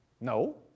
No